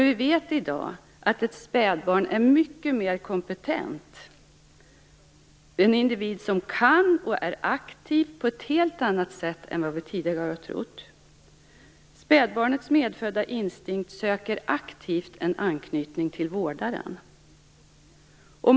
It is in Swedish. Vi vet i dag att ett spädbarn är mycket mer kompetent och en individ som kan och är aktivt på ett helt annat sätt än vad vi tidigare har trott. Spädbarnets medfödda instinkter söker aktivt en anknytning till vårdaren.